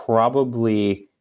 probably